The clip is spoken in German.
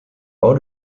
bau